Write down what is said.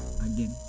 again